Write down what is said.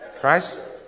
Christ